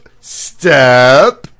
step